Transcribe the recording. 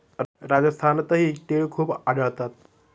राजस्थानातही तिळ खूप आढळतात